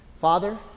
Father